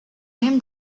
him